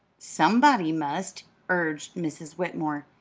somebody must, urged mrs. whitmore.